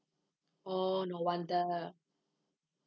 oh no wonder